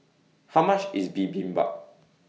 How much IS Bibimbap